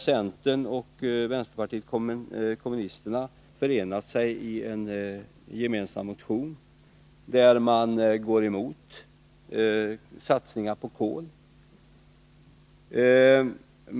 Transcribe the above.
Centern och vänsterpartiet kommunisterna har förenat sigi en gemensam motion, där man går emot satsningar på kol.